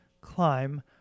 climb